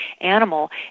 animal